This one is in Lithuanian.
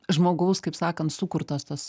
žmogaus kaip sakant sukurtas tas